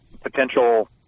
potential